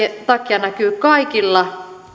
takia näkyy kaikilla